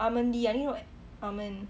I only know amen